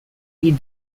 been